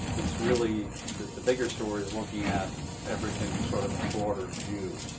it's really the bigger story is looking at everything sort of in a broader view.